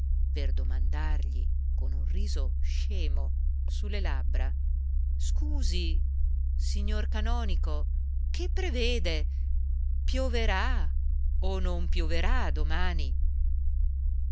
per domandargli con un riso scemo su le labbra scusi signor canonico che prevede pioverà o non pioverà domani